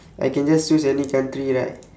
I can just choose any country right